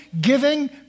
giving